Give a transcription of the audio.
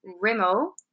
Rimmel